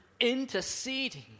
interceding